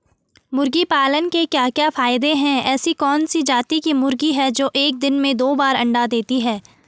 मुर्गी पालन के क्या क्या फायदे हैं ऐसी कौन सी जाती की मुर्गी है जो एक दिन में दो बार अंडा देती है?